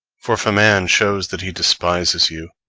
for if a man shows that he despises you,